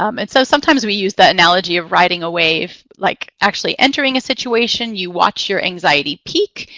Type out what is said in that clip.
um and so sometimes we use the analogy of riding a wave, like actually entering a situation, you watch your anxiety peak.